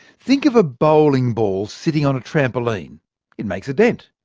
think of a bowling ball sitting on a trampoline it makes a dent.